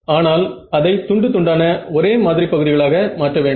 ஆனால் அதை துண்டு துண்டான ஒரே மாதிரி பகுதிகளாக மாற்ற வேண்டும்